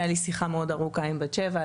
והייתה לי שיחה ארוכה מאוד עם בת שבע,